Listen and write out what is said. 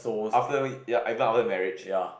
after we ya even after marriage